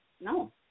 no